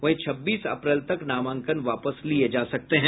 वहीं छब्बीस अप्रैल तक नामांकन वापस लिये जा सकते हैं